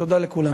תודה לכולם.